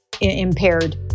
impaired